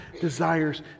desires